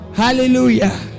Hallelujah